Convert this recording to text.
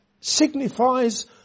signifies